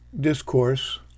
discourse